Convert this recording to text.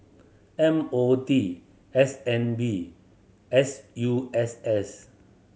M O T S N B S U S S